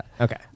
Okay